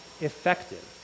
effective